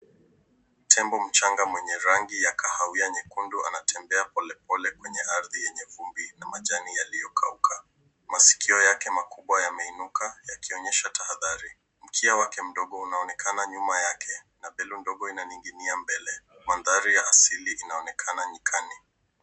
Tembo mchanga mwenye rangi ya kahawia nyekundu anatembea polepole kwenye ardhi yenye vumbi na majani yaliyokauka. Masikio yake makubwa yameinuka, yakionyesha tahadhari. Mkia wake mdogo unaonekana nyuma yake na thelu ndogo inaning'inia mbele. Mandhari ya asili inaonekana nyikani.